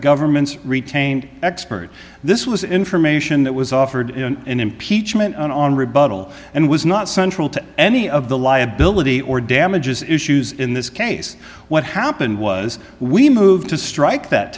government's retained expert this was information that was offered in impeachment on rebuttal and was not central to any of the liability or damages issues in this case what happened was we moved to strike that